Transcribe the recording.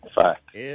Fact